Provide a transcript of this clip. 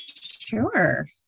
Sure